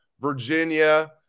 Virginia